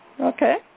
Okay